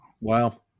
Wow